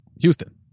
Houston